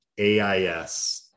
AIS